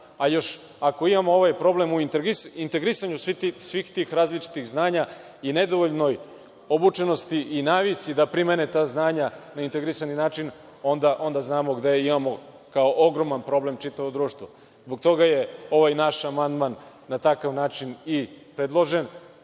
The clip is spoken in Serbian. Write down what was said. A još ako imamo ovaj problem u integrisanju svih tih različitih znanja i nedovoljnoj obučenosti i navici da primene ta znanja na integrisani način, onda znamo gde imamo kao ogroman problem čitavo društvo. Zbog toga je ovaj naš amandman na takav način i predložen.